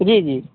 जी जी